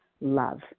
love